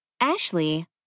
Ashley